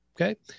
Okay